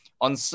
on